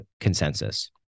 consensus